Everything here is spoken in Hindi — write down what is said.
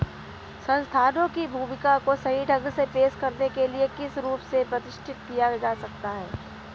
संस्थानों की भूमिका को सही ढंग से पेश करने के लिए किस रूप से प्रतिष्ठित किया जा सकता है?